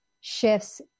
shifts